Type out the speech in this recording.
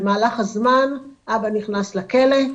במהלך הזמן אבא נכנס לכלא,